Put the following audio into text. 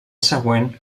següent